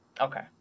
okay